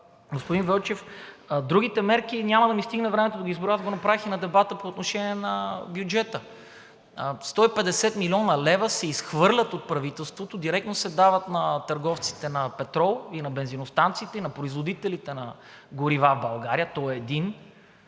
господин Вълчев, другите мерки – няма да ми стигне времето да ги изброя. Аз го направих и на дебата по отношение на бюджета – 150 млн. лв. се изхвърлят от правителството, директно се дават на търговците на петрол и на бензиностанциите, и на производителите на горива в България – той е един,